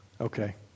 Okay